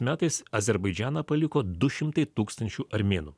metais azerbaidžaną paliko du šimtai tūkstančių armėnų